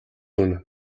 үнэ